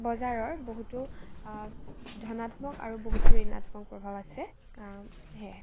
বজাৰৰ বহুতো ধনাত্মক আৰু বহুতো ঋণাত্মক প্ৰভাৱ আছে সেয়াই